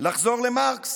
לחזור למרקס,